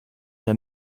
der